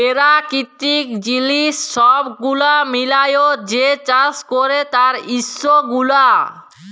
পেরাকিতিক জিলিস ছব গুলা মিলাঁয় যে চাষ ক্যরে তার ইস্যু গুলা